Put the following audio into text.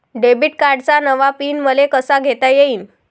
Debit कार्डचा नवा PIN मले कसा घेता येईन?